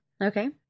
Okay